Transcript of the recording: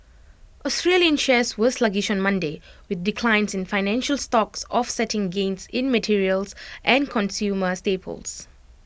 Australian shares were sluggish on Monday with declines in financial stocks offsetting gains in materials and consumer staples